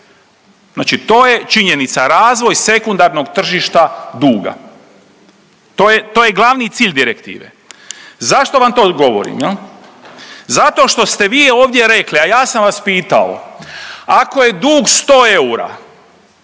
Znači to je činjenica, razvoj sekundarnog tržišta duga, to je glavni cilj direktive. Zašto vam to govorim? Zato što ste vi ovdje rekli, a ja sam vas pitao, ako je dug 100 eura